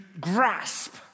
grasp